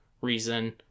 reason